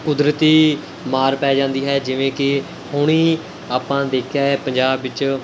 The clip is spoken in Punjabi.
ਕੁਦਰਤੀ ਮਾਰ ਪੈ ਜਾਂਦੀ ਹੈ ਜਿਵੇਂ ਕਿ ਹੁਣੀ ਆਪਾਂ ਦੇਖਿਆ ਹੈ ਪੰਜਾਬ ਵਿੱਚ